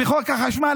בחוק החשמל,